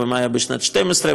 ומה היה בשנת 2012,